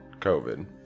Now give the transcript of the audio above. COVID